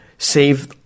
Save